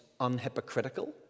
unhypocritical